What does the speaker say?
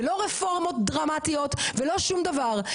ולא רפורמות דרמטיות ולא שום דבר,